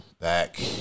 back